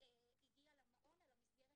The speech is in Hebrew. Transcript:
הגיע למעון, למסגרת